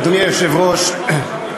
אדוני היושב-ראש,